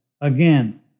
again